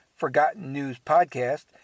ForgottenNewsPodcast